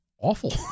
awful